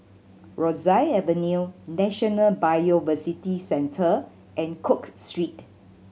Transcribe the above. Rosyth Avenue National Biodiversity Centre and Cook Street